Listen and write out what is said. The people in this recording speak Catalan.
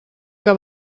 que